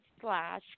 slash